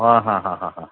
हां हां हां हां हां